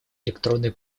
электронной